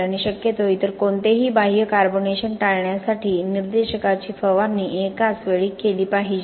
आणि शक्यतो इतर कोणतेही बाह्य कार्बोनेशन टाळण्यासाठी निर्देशकाची फवारणी एकाच वेळी केली पाहिजे